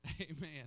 Amen